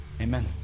amen